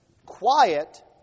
quiet